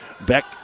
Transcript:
Beck